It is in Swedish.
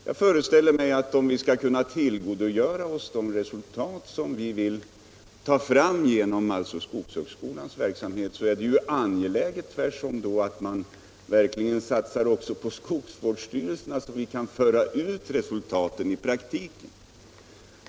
Jag föreställer mig att om vi skall kunna tillgodogöra oss de resultat som vi vill ta fram inom skogshögskolans verksamhet, är det tvärtom angeläget att verkligen satsa också på skogsvårdsstyrelserna, så att vi kan föra ut resultaten i praktiken.